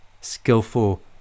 skillful